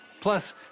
Plus